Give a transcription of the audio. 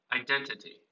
identity